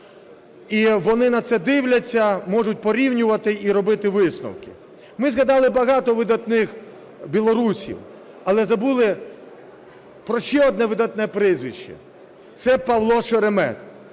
І вони на це дивляться, можуть порівнювати і робити висновки. Ми згадали багато видатних білорусів, але забули про ще одне видатне прізвище. Це Павло Шеремет